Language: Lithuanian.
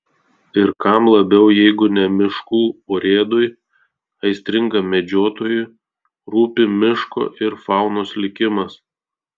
ir kam labiau jeigu ne miškų urėdui aistringam medžiotojui rūpi miško ir faunos likimas